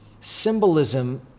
symbolism